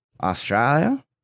Australia